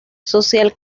social